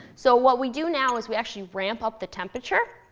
so what we do now is we actually ramp up the temperature,